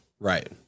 Right